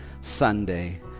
Sunday